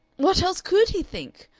what else could he think?